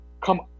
come